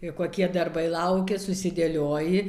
ir kokie darbai laukia susidėlioji